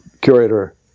curator